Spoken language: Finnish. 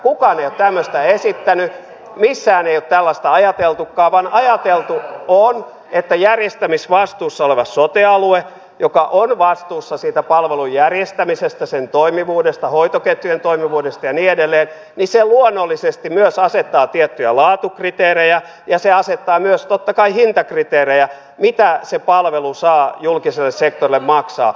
kukaan ei ole tämmöistä esittänyt missään ei ole tällaista ajateltukaan vaan ajateltu on että järjestämisvastuussa oleva sote alue joka on vastuussa siitä palvelun järjestämisestä sen toimivuudesta hoitoketjujen toimivuudesta ja niin edelleen luonnollisesti myös asettaa tiettyjä laatukriteerejä ja se asettaa myös totta kai hintakriteerejä mitä se palvelu saa julkiselle sektorille maksaa